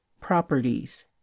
properties